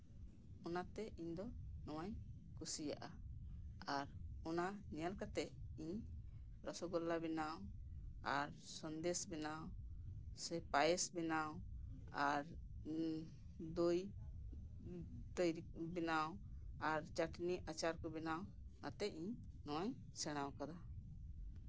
ᱚᱱᱟ ᱛᱮ ᱤᱧ ᱫᱚ ᱱᱚᱣᱟᱧ ᱠᱩᱥᱤᱭᱟᱜᱼᱟ ᱟᱨ ᱚᱱᱟ ᱧᱮᱞ ᱠᱟᱛᱮᱫ ᱤᱧ ᱨᱚᱥᱚᱜᱳᱞᱞᱟ ᱵᱮᱱᱟᱣ ᱟᱨ ᱥᱚᱱᱫᱮᱥ ᱵᱮᱱᱟᱣ ᱥᱮ ᱯᱟᱭᱮᱥ ᱵᱮᱱᱟᱣ ᱟᱨ ᱫᱳᱭ ᱛᱳᱭᱨᱤ ᱵᱮᱱᱟᱣ ᱟᱨ ᱪᱟᱹᱴᱱᱤ ᱟᱪᱟᱨ ᱠᱚ ᱵᱮᱱᱟᱣ ᱟᱛᱮᱜ ᱤᱧ ᱱᱚᱣᱟᱧ ᱥᱮᱬᱟ ᱠᱟᱫᱟ